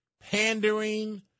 Pandering